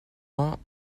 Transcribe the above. ans